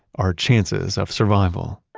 our chances of survival